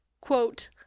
quote